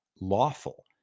lawful